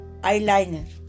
eyeliner